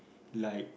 like